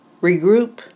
regroup